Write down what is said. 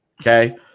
Okay